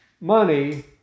money